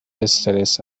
استرس